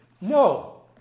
No